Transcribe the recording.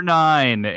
nine